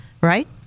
right